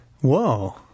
Whoa